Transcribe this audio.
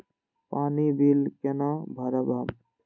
पानी बील केना भरब हम?